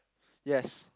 yes